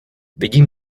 vidím